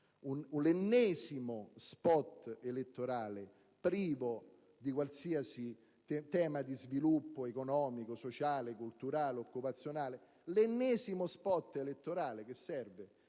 l'ennesimo *spot* elettorale privo di qualsiasi tema di sviluppo economico, sociale, culturale od occupazionale. L'ennesimo *spot* elettorale che serve